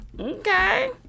Okay